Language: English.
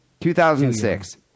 2006